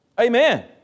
Amen